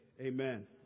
Amen